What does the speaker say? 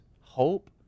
hope